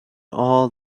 all